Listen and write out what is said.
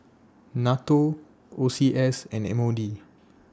NATO O C S and M O D